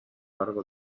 largo